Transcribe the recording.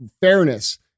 fairness